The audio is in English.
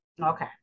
Okay